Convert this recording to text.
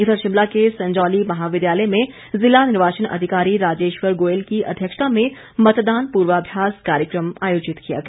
इधर शिमला के संजौली महाविद्यालय में जिला निर्वाचन अधिकारी राजेश्वर गोयल की अध्यक्षता में मतदान पूर्वाभ्यास कार्यकम आयोजित किया गया